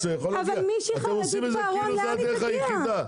אתם עושים את זה כאילו זאת הדרך היחידה.